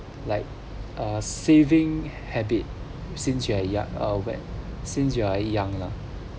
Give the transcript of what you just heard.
like a saving habit since you are you~ or wai~ since you are young lah